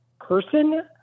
person